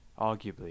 arguably